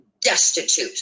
destitute